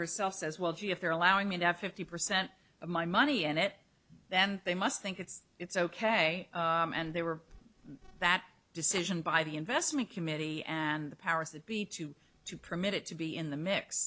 herself says well gee if they're allowing me to have fifty percent of my money in it then they must think it's it's ok and they were that decision by the investment committee and the powers that be to to permit it to be in the mix